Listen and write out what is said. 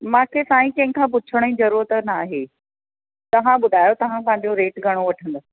मांखे साईं कंहिं खां पुछण ई ज़रूरत न आहे तव्हां ॿुधायो तव्हां पंहिंजो रेट घणो वठंदव